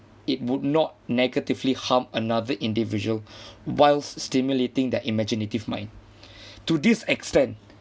it would not negatively harm another individual whilst stimulating their imaginative mind to this extent